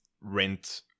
rent